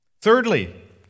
Thirdly